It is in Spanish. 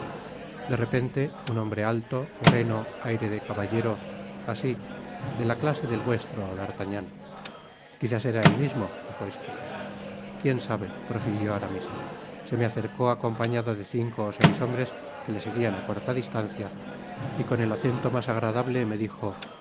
de repente un hombre alto moreno aire de caballero asi de la clase del vuestro d'artagnan quizás era el mismo dijo este quien sabe prosiguió aramis se me acercó acompañado de cinco ó seis hombres que le seguian á corta distancia y con el acento mas agradable me dijo